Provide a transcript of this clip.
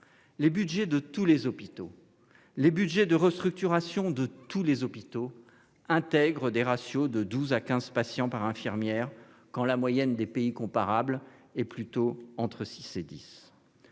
Les budgets de tous les hôpitaux, les projets de restructuration de tous les hôpitaux, intègrent des ratios de douze à quinze patients par infirmière quand la moyenne des pays comparables est plutôt de six à